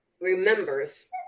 remembers